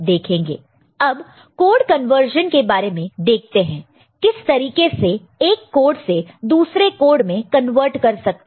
अब code conversion के बारे में देखते हैं किस तरीके से एक कोड से दूसरे कोड में कन्वर्ट कर सकते है